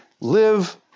live